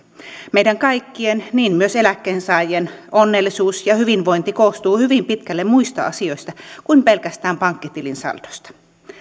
meidän kaikkien niin myös eläkkeensaajien onnellisuus ja hyvinvointi koostuu hyvin pitkälle muista asioista kuin pelkästään pankkitilin saldosta